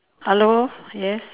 hello yes